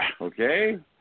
Okay